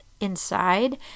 inside